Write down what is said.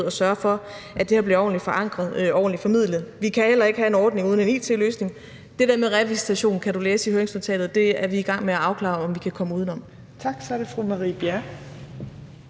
ordentligt forankret og ordentligt formidlet. Vi kan heller ikke have en ordning uden en it-løsning, og det der med revisitation kan du læse i høringsnotatet, og det er vi i gang med at afklare om vi kan komme uden om.